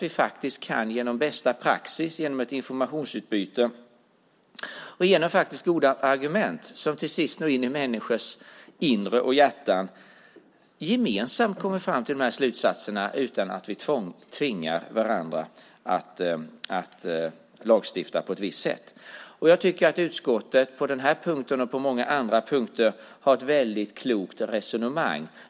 Vi kan genom bästa praxis, ett informationsutbyte och goda argument som till sist når in i människors inre och hjärtan gemensamt komma fram till de här slutsatserna utan att vi tvingar varandra att lagstifta på ett visst sätt. Utskottet har på den här punkten och på många andra punkter ett väldigt klokt resonemang.